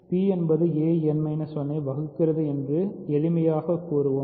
p என்பது ஐ வகுக்காது என்று எளிமைக்காகக் கூறுவோம்